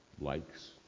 likes